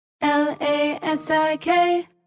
L-A-S-I-K